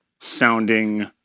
sounding